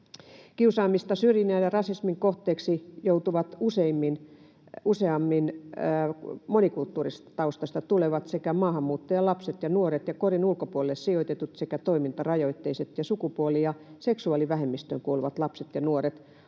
”Kiusaamisen, syrjinnän ja rasismin kohteeksi joutuvat useammin monikulttuurisesta taustasta tulevat sekä maahanmuuttajalapset ja ‑nuoret ja kodin ulkopuolelle sijoitetut sekä toimintarajoitteiset ja sukupuoli‑ ja seksuaalivähemmistöön kuuluvat lapset ja nuoret.